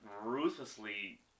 ruthlessly